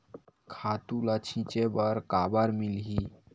खातु ल छिंचे बर काबर मिलही?